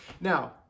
Now